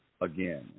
again